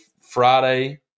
Friday